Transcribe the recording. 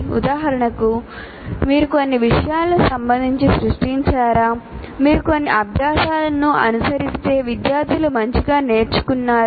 ఉదాహరణకు మీరు కొన్ని విషయాలకు సంబంధించి సృష్టించారా మీరు కొన్ని అభ్యాసాలను అనుసరిస్తే విద్యార్థులు మంచిగా నేర్చుకున్నారా